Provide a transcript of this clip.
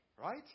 right